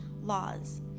laws